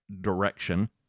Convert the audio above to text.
direction